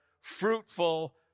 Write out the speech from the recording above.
fruitful